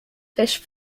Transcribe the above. fish